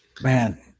Man